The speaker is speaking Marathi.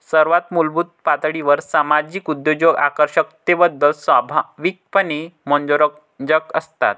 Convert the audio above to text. सर्वात मूलभूत पातळीवर सामाजिक उद्योजक आकर्षकतेबद्दल स्वाभाविकपणे मनोरंजक असतात